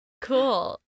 Cool